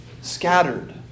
Scattered